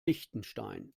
liechtenstein